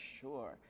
sure